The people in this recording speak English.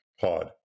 pod